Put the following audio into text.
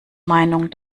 meinung